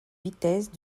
vitesse